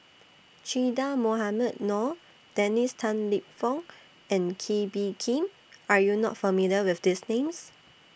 Che Dah Mohamed Noor Dennis Tan Lip Fong and Kee Bee Khim Are YOU not familiar with These Names